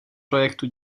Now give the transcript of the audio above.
projektu